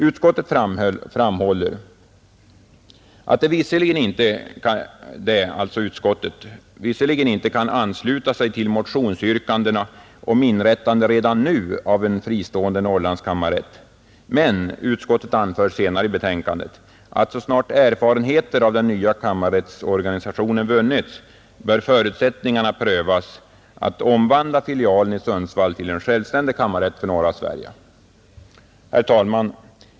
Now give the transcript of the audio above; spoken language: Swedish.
Utskottet framhåller visserligen att det inte kan ansluta sig till motionsyrkandena om inrättande redan nu av en fristående Norrlandskammarrätt. Men utskottet anför senare i betänkandet att så snart erfarenheter av den nya kammarrättsorganisationen vunnits bör förutsättningarna prövas att omvandla filialen i Sundsvall till en självständig kammarrätt för norra Sverige. Herr talman!